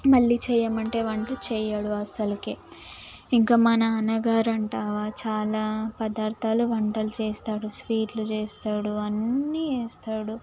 మళ్ళీ చేయమంటే వంట చేయడు అసలుకే ఇంకా మా నాన్నగారు అంటావా చాలా పదార్థాలు వంటలు చేస్తాడు స్వీట్లు చేస్తాడు అన్నీ ఇస్తాడు